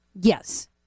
Yes